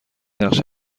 نقش